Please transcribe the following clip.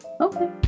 Okay